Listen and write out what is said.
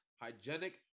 hygienic